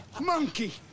Monkey